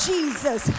Jesus